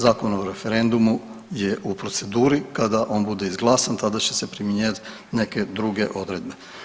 Zakon o referendumu je u proceduri, kada on bude izglasan tada će se primjenjivat neke druge odredbe.